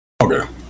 Okay